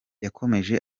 yakomeje